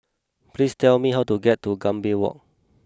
please tell me how to get to Gambir Walk